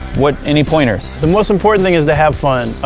what any pointers? the most important thing is to have fun.